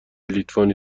لیتوانی